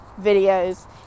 videos